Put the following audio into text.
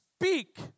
Speak